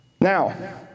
Now